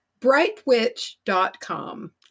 brightwitch.com